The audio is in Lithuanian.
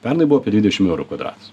pernai buvo apie dvidešim eurų kvadratas